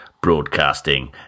broadcasting